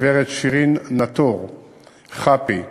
גברת שירין נטור חאפי,